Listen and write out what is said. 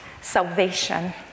salvation